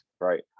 right